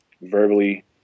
verbally